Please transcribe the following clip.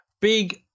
big